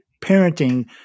parenting